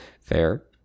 Fair